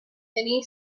many